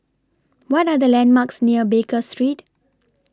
What Are The landmarks near Baker Street